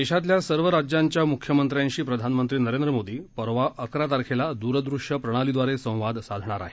देशातल्या सर्व राज्यांच्या मुख्यमंत्र्यांशी प्रधानमंत्री नरेंद्र मोदी परवा अकरा तारखेला दूरदृश्य प्रणालीद्वारे संवाद साधणार आहेत